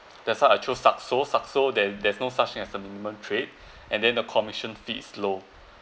that's why I chose Saxo Saxo there there's no such thing as a minimum trade and then the commission fees is low